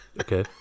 okay